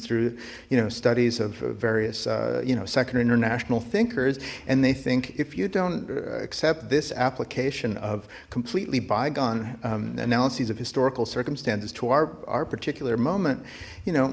through you know studies of various you know second international thinkers and they think if you don't accept this application of completely bygone analyses of historical circumstances to our particular moment you know